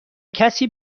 کسی